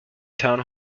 town